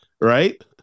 Right